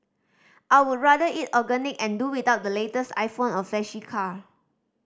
I would rather eat organic and do without the latest iPhone or flashy car